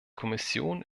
kommission